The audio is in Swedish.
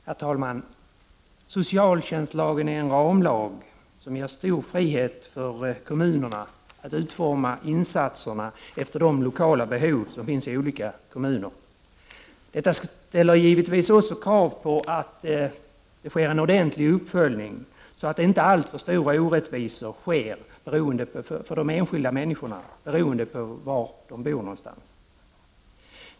Herr talman! Socialtjänstlagen är en ramlag som ger stor frihet för kommunerna att utforma insatserna efter de lokala behov som finns i olika kommuner. Detta ställer givetvis krav på att det sker en ordentlig uppföljning, så att inte alltför stora orättvisor sker för de enskilda människorna beroende på var de bor någonstans.